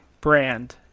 brand